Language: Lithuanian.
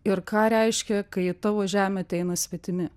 ir ką reiškia kai į tavo žemę ateina svetimi